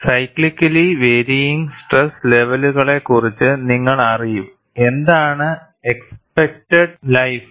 cyclically varying stress ലെവലുകളെക്കുറിച്ച് നിങ്ങൾ അറിയും എന്താണ് എക്സ്പെക്റ്റെഡ് ലൈഫ്